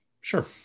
sure